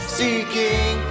seeking